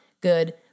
good